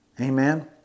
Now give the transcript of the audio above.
Amen